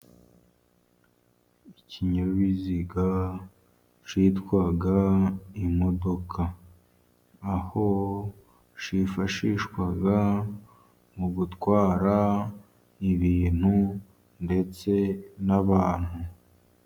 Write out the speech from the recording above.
Ikinyabiziga cyitwa imodoka, aho cyifashishwa mu gutwara ibintu ndetse n'abantu.